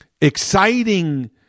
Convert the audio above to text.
exciting